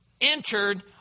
entered